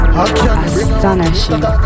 astonishing